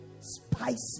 spicy